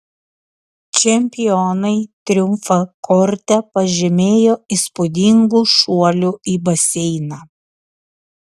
čempionai triumfą korte pažymėjo įspūdingu šuoliu į baseiną